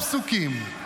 תשמע עוד פסוקים.